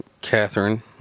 Catherine